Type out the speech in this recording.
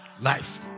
Life